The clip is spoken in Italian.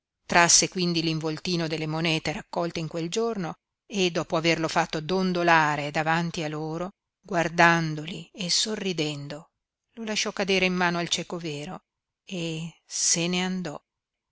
trasse quindi l'involtino delle monete raccolte in quel giorno e dopo averlo fatto dondolare davanti a loro guardandoli e sorridendo lo lasciò cadere in mano al cieco vero e se ne andò